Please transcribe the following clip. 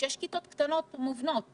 שבהם יש כיתות קטנות מובנות.